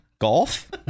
Golf